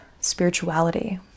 spirituality